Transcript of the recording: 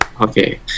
Okay